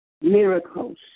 miracles